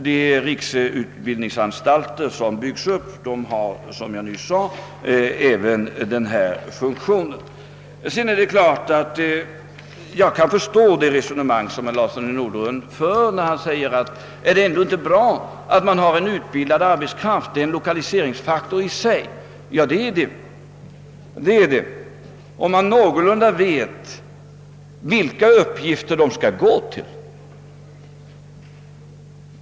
De riksutbildningsanstalter som byggs upp har även denna funktion. Jag kan förstå det resonemang som herr Larsson i Norderön för när han säger: Är det ändå inte bra att man har utbildad arbetskraft; det är i och för sig en lokaliseringsfaktor. Ja, det är det, om man någorlunda vet vilka uppgifter den skall gå till.